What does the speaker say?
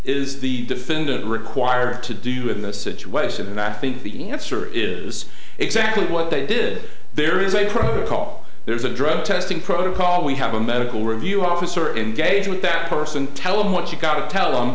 is the defendant required to do in this situation and i think the answer is exactly what they did there is a protocol there's a drug testing protocol we have a medical review officer in gauge with that person tell him what you've got to tell